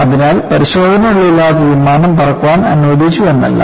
അതിനാൽ പരിശോധനകളില്ലാതെ വിമാനം പറക്കാൻ അനുവദിച്ചു എന്നല്ല